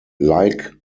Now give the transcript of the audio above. like